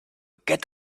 get